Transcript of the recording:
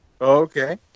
Okay